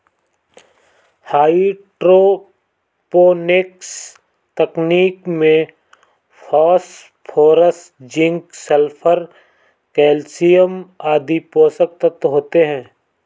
hydroponics तकनीक में phosphorus, zinc, sulphur, calcium आदि पोषक तत्व होते है